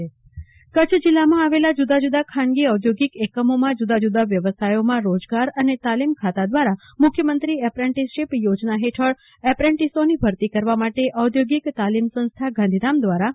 કલ્પના Shah apprenticeship યોજના કચ્છ જિલ્લામાં આવેલા જુદા જુદા ખાનગી ઔદ્યોગિક એકમોમાં જુદા જુદા વ્યવસાયો ટ્રેડ માં રોજગાર અને તાલીમ ખાતા દ્વારા મુખ્યમંત્રી એપ્રેટિસશીપ યોજના હેઠળએપ્રેટિસોની ભરતી કરવા માટે ઔદ્યોગિક તાલીમ સંસ્થા ગાંધીધામ દ્વારા તા